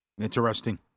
Interesting